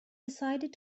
decided